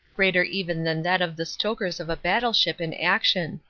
greater even than that of the stokers of a battleship in action.